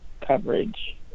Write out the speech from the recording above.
coverage